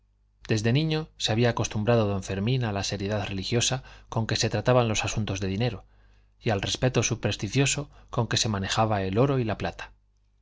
desde niño se había acostumbrado don fermín a la seriedad religiosa con que se trataban los asuntos de dinero y al respeto supersticioso con que se manejaba el oro y la plata